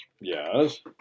Yes